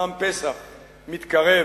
אומנם פסח מתקרב,